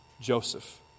Joseph